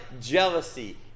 jealousy